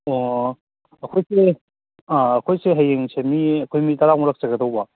ꯑꯣ ꯑꯩꯈꯣꯏꯁꯦ ꯑꯩꯈꯣꯏꯁꯦ ꯍꯌꯦꯡꯁꯦ ꯃꯤ ꯑꯩꯈꯣꯏ ꯃꯤ ꯇꯔꯥꯃꯨꯛ ꯂꯥꯛꯆꯒꯗꯧꯕ